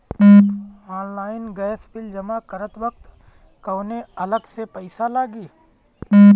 Online gas bill जमा करत वक्त कौने अलग से पईसा लागी?